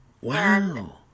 Wow